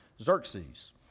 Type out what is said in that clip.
Xerxes